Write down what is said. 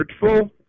hurtful